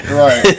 right